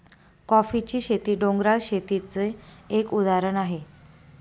कॉफीची शेती, डोंगराळ शेतीच एक उदाहरण आहे